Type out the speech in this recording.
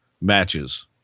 matches